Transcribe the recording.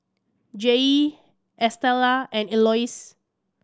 Jaye Estella and Elois